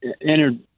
entered